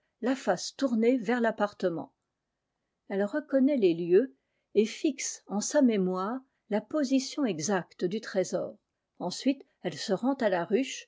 la face tournée vers l'appartement elle reconnaît les lieux et fixe en sa mémoire la position exacte du trésor ensuite elle se rend à la ruche